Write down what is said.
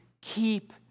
keep